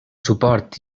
suport